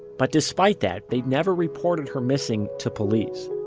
but despite that, they never reported her missing to police